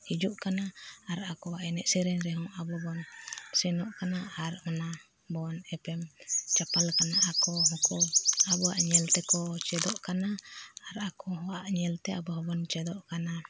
ᱦᱤᱡᱩᱜ ᱠᱟᱱᱟ ᱟᱨ ᱟᱠᱚᱣᱟᱜ ᱮᱱᱮᱡ ᱥᱮᱨᱮᱧ ᱨᱮᱦᱚᱸ ᱟᱵᱚᱵᱚᱱ ᱥᱮᱱᱚᱜ ᱠᱟᱱᱟ ᱟᱨ ᱚᱱᱟᱵᱚᱱ ᱮᱯᱮᱢ ᱪᱟᱯᱟᱞ ᱠᱟᱱᱟ ᱟᱠᱚ ᱦᱚᱠᱚ ᱟᱵᱚᱣᱟᱜ ᱧᱮᱞ ᱛᱮᱠᱚ ᱪᱮᱫᱚᱜ ᱠᱟᱱᱟ ᱟᱨ ᱟᱠᱚ ᱟᱵᱚᱣᱟᱜ ᱧᱮᱞᱛᱮ ᱟᱵᱚ ᱦᱚᱸᱵᱚᱱ ᱪᱮᱫᱚᱜ ᱠᱟᱱᱟ